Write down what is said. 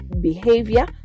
behavior